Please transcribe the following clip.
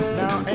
now